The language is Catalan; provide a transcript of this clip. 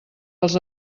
als